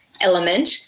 element